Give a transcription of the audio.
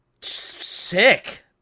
sick